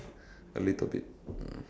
a little bit mm